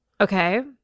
Okay